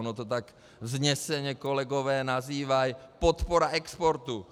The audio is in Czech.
Ono to tak vzneseně kolegové nazývají podpora exportu.